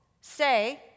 say